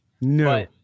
No